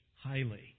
highly